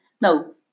No